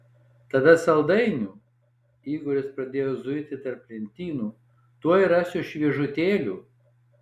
tada saldainių igoris pradėjo zuiti tarp lentynų tuoj rasiu šviežutėlių